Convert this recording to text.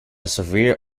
severe